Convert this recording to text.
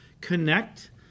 connect